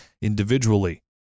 individually